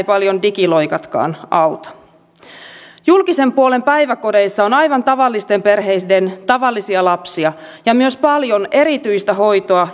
paljon digiloikatkaan auta julkisen puolen päiväkodeissa on aivan tavallisten perheiden tavallisia lapsia ja myös paljon erityistä hoitoa